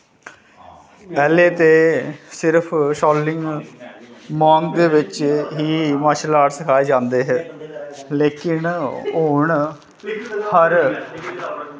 पैह्ले ते सिर्फ शालिंग मोंक दे बिच्च ही मार्शल आर्ट सखाए जांदे हे लेकिन हून हर